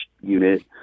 unit